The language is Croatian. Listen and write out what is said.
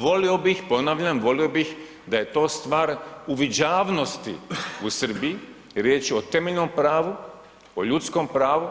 Volio bih, ponavljam volio bih da je to stvar uviđavnosti u Srbiji riječ je o temeljenom pravu, o ljudskom pravu,